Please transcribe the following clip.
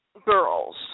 girls